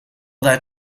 that